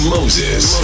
Moses